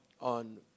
on